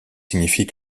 signifient